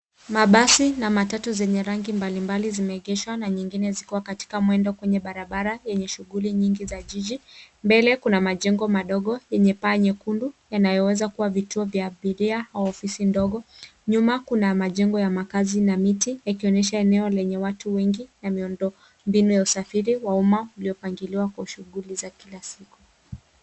Mabasi na matatu zenye rangi mbalimbali zimeegeshwa na nyingine zikiwa katika mwendo kwenye barabara yenye shughuli nyingi za jiji. Mbele kuna majengo madogo yenye paa nyekundu yanayoweza kuwa vituo vya abiria au ofisi ndogo. Nyuma kuna majengo ya makaazi na miti yakionyesha eneo lenye watu wengi na miundombinu ya usafiri wa umma uliopangiliwa kwa shughuli za kila siku.